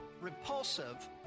repulsive